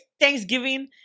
Thanksgiving